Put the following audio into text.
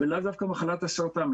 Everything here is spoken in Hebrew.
ולאו דווקא ממחלת הסרטן.